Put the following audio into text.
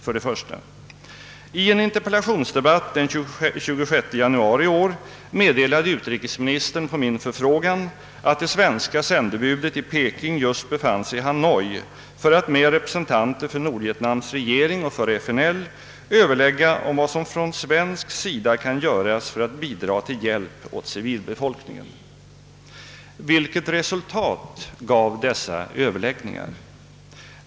För det första: I en interpellationsdebatt den 26 januari meddelade utrikesministern på min förfrågan, att det svenska sändebudet i Peking just befann sig i Hanoi för att med representanter för Nordvietnams regering och för FNL överlägga om vad som från svensk sida kan göras för att bidra till hjälp åt civilbefolkningen. Vilket resultat gav dessa överläggningar?